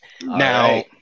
Now